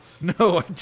No